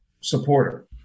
supporter